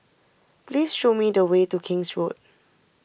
please show me the way to King's Road